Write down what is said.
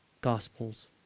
gospels